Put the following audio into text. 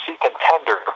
contender